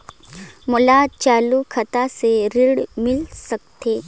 मोर चालू खाता से ऋण मिल सकथे?